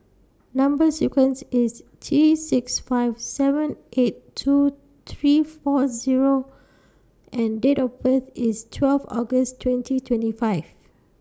Number sequence IS T six five seven eight two three four Zero and Date of birth IS twelve August twenty twenty five